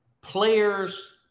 players